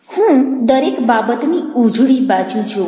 હું દરેક બાબતની ઉજળી બાજુ જોઉં છું